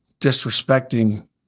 disrespecting